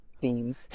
theme